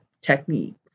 techniques